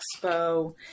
expo